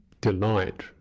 delight